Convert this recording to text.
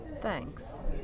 Thanks